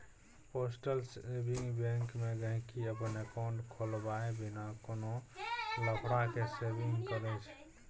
postal saving bank मे गांहिकी अपन एकांउट खोलबाए बिना कोनो लफड़ा केँ सेविंग करय छै